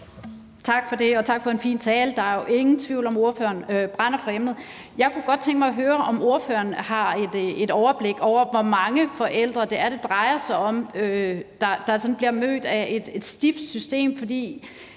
Tak for det. Og tak for en fin tale. Der er jo ingen tvivl om, at ordføreren brænder for emnet. Jeg kunne godt tænke mig at høre, om ordføreren har et overblik over, hvor mange forældre det drejer sig om, altså hvor mange forældre der bliver mødt af et stift system.